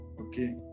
Okay